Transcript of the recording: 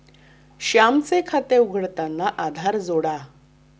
श्यामचे खाते उघडताना आधार जोडा